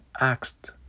asked